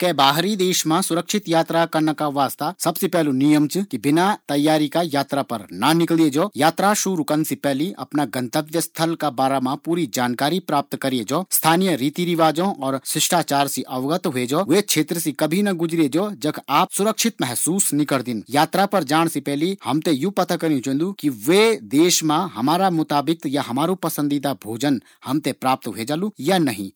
कै बाहरी देश मा सुरक्षित यात्रा करन का वास्ता सबसे पैलू नियम च कि बिना तैयारी का यात्रा पर ना निकले जौ। यात्रा शुरू करन से पैली अपणा गांठव्य स्थल की पूरी जानकारी हासिल करै जौ। स्थानीय रीति रिवाजों और शिष्टाचार से अवगत ह्वे जौ। वै क्षेत्र से कभी ना गुजरे जौ जख आप सुरक्षित महसूस नी करदिन। यात्रा पर जाण से पैली हम थें यू पता करियूँ चैन्दू कि वै देश मा हमारा मुताबिक या हमारु पसंदीदा भोजन हम थें प्राप्त ह्वे जालु या नहीं।